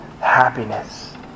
happiness